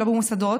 לא במוסדות.